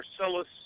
Marcellus